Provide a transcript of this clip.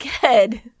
good